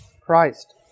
Christ